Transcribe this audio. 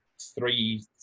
three